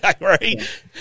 Right